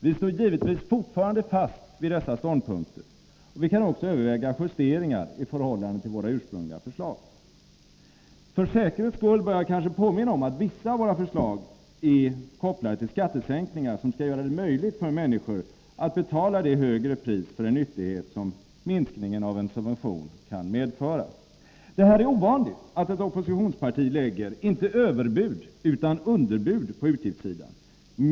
Vi står givetvis fortfarande fast vid dessa ståndpunkter, och vi kan också överväga justeringar i Nr9 förhållande till våra ursprungliga förslag. För säkerhets skull bör jag kanske Onsdagen den påminna om att vissa av våra förslag är kopplade till skattesänkningar, som 19 oktober 1983 skall göra det möjligt för människor att betala det högre pris för en nyttighet som minskningen av en subvention kan medföra. Allmänpolitisk Det här är ovanligt — att ett oppositionsparti inte lägger överbud utan = debatt underbud på utgiftssidan.